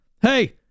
Hey